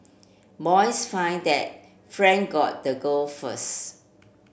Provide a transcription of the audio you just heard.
boys finds that friend got the girl first